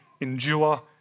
endure